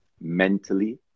mentally